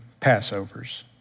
Passovers